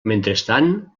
mentrestant